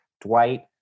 Dwight